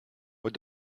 what